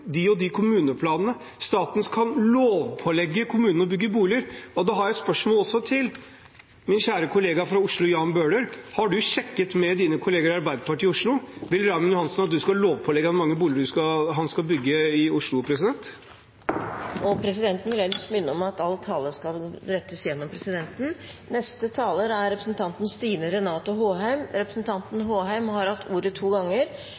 de og de kommuneplanene. Staten kan lovpålegge kommunene å bygge boliger. Da har jeg et spørsmål til min kjære kollega fra Oslo, Jan Bøhler: Har du sjekket om din kollega i Arbeiderpartiet i Oslo, Raymond Johansen, vil at du skal lovpålegge ham hvor mange boliger han skal bygge i Oslo? Presidenten vil minne om at all tale skal rettes til presidenten. Representanten Håheim har hatt ordet to ganger